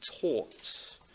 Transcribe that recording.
taught